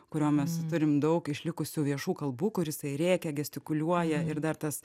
kurio mes turim daug išlikusių viešų kalbų kur jisai rėkia gestikuliuoja ir dar tas